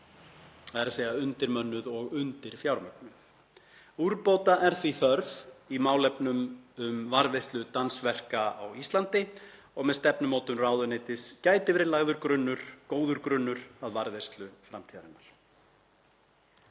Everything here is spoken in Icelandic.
— þ.e. undirmönnuð og undirfjármögnuð — „Úrbóta er því þörf í málefnum um varðveislu dansverka á Íslandi og með stefnumótun ráðuneytis gæti verið lagður góður grunnur að varðveislu framtíðarinnar.“